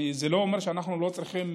זה לא אומר שאנחנו לא צריכים,